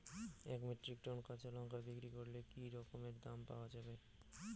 এক metric ton কাঁচা লঙ্কা বিক্রি করলে কি রকম দাম পাওয়া যাবে?